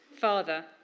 Father